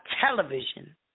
television